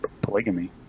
Polygamy